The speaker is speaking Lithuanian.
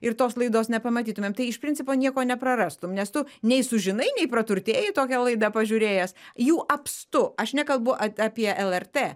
ir tos laidos nepamatytumėm tai iš principo nieko neprarastum nes tu nei sužinai nei praturtėjai tokią laidą pažiūrėjęs jų apstu aš nekalbu ap apie lrt